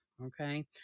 okay